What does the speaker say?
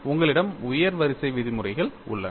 உங்களிடம் உயர் வரிசை விதிமுறைகள் உள்ளன